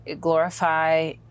glorify